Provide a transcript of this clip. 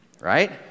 Right